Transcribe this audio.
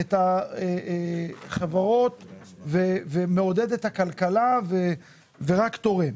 את החברות ומעודד את הכלכלה ורק תורם.